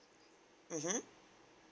mmhmm